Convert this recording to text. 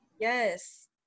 yes